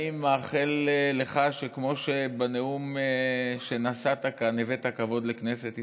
אני מאחל לך שכמו שבנאום שנשאת כאן הבאת כבוד לכנסת ישראל,